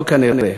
לא כנראה,